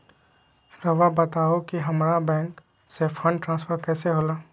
राउआ बताओ कि हामारा बैंक से फंड ट्रांसफर कैसे होला?